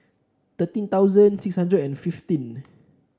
thirteen thousand six hundred and fifteen